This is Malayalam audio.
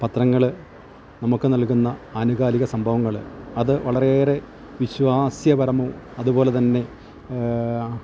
പത്രങ്ങള് നമുക്ക് നൽകുന്ന അനുകാലിക സംഭവങ്ങള് അത് വളരെയേറെ വിശ്വാസ്യപരവും അതുപോലെ തന്നെ